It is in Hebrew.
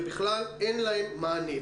ובכלל אין להם מענה,